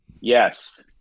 Yes